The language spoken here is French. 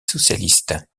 socialiste